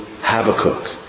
Habakkuk